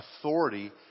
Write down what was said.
authority